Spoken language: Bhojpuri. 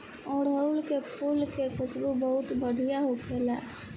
अढ़ऊल के फुल के खुशबू बहुत बढ़िया होखेला